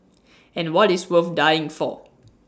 and what is worth dying for